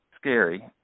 scary